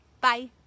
Bye